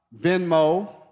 Venmo